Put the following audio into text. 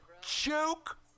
Joke